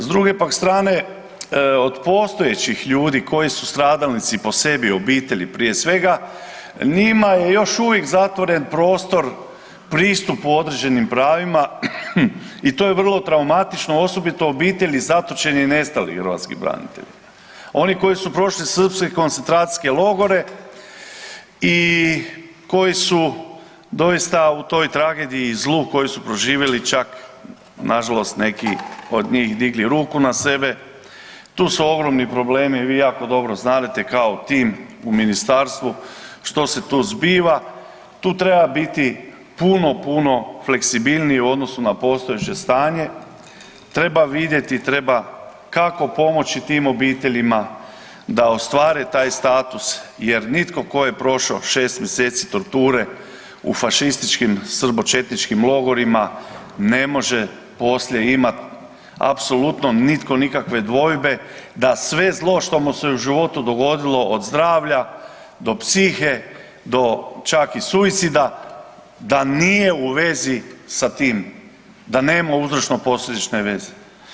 S druge pak strane od postojećih ljudi koji su stradalnici po sebi obitelji prije svega njima je još uvijek zatvoren prostor pristupu određenim pravima i to je vrlo traumatično, osobito obitelji zatočenih i nestalih hrvatskih branitelja, oni koji su prošli srpske koncentracijske logore i koji su doista u toj tragediji i zlu koji su proživjeli čak nažalost neki od njih digli ruku na sebe, tu su ogromni problemi vi jako dobro znate kao tim u Ministarstvu što se tu zbiva, tu treba biti puno puno fleksibilniji u odnosu na postojeće stanje, treba vidjeti kako pomoći tim obiteljima da ostvare taj status jer nitko tko je prošao 6 mjeseci torture u fašističkim srbočetničkim logorima ne može poslije imat apsolutno nitko nikakve dvojbe da sve zlo što mu se u životu dogodilo od zdravlja do psihe do čak i suicida da nije u vezi s tim, da nema uzročno-posljedične veze.